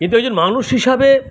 কিন্তু একজন মানুষ হিসাবে